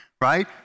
right